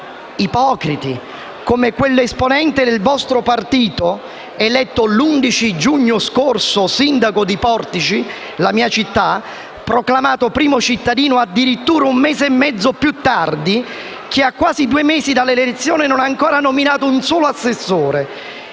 Ipocriti, come quell'esponente del vostro partito eletto l'11 giugno scorso sindaco di Portici, la mia città, proclamato primo cittadino addirittura un mese e mezzo più tardi, che, a quasi due mesi dalle elezioni, non ha ancora nominato un solo assessore